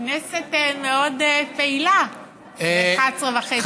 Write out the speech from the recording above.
הכנסת מאוד פעילה ב-23:30, בלילה.